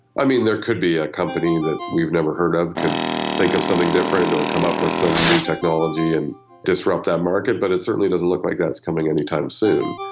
i mean, there could be a company that we've never heard of, it could think of something different or come up with some new technology and disrupt that market, but it certainly doesn't look like that's coming any time soon.